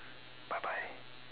bye bye